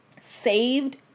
saved